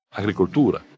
agricoltura